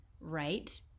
right